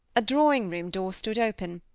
a drawing-room door stood open.